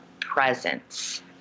presence